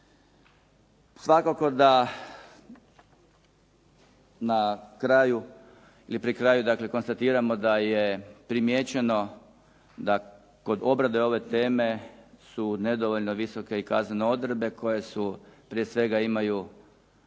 Svakako da na kraju ili pri kraju konstatiramo da je primijećeno da kod obrade ove teme su nedovoljno visoke i kaznene odredbe koje su prije svega imaju